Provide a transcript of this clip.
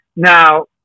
Now